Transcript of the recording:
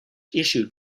issued